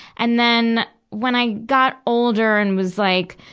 and then, when i got older and was, like,